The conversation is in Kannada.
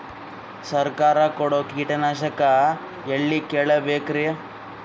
ಸರಕಾರ ಕೊಡೋ ಕೀಟನಾಶಕ ಎಳ್ಳಿ ಕೇಳ ಬೇಕರಿ?